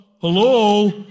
hello